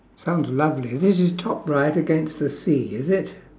sounds lovely this is top right against the sea is it